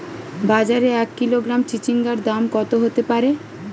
বাজারে এক কিলোগ্রাম চিচিঙ্গার দাম কত হতে পারে?